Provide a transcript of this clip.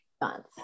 month